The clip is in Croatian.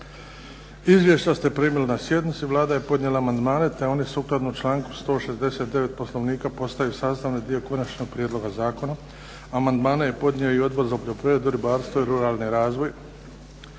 Izvješća ste primili na sjednici. Vlada je podnijela amandmane, te oni sukladno članku 169. Poslovnika postaju sastavni dio konačnog prijedloga zakona. Amandmane je podnio i Odbor za poljoprivredu, ribarstvo i ruralni razvoj.